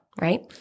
right